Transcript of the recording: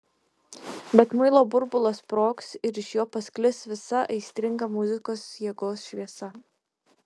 bet muilo burbulas sprogs ir iš jo pasklis visa aistringa muzikos jėgos šviesa